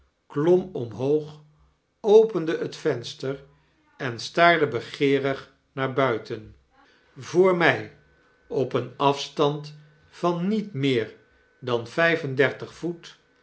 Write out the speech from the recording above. omhoog opende het venster en staarde begeerig naar buiten voor my op een afstand van niet meer dan vyf en dertig voet